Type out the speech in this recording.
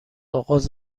اغاز